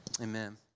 amen